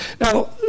Now